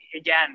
again